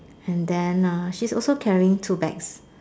and then err she's also carrying two bags